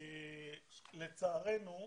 לצערנו,